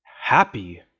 Happy